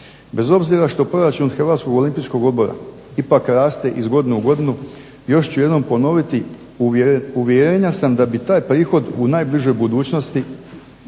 Bez obzira što proračun Hrvatskog olimpijskog odbora ipak raste iz godine u godinu još jednom ću ponoviti uvjerenja sam da bi taj prihod u najbližoj budućnosti,